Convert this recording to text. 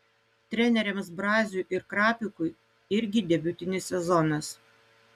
treneriams braziui ir krapikui irgi debiutinis sezonas